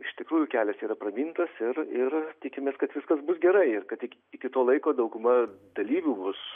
iš tikrųjų kelias yra pramintas ir ir tikimės kad viskas bus gerai ir kad ik iki to laiko dauguma dalyvių bus